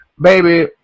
baby